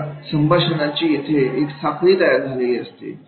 कारण संभाषणाची येथे एक साखळी तयार झालेली असते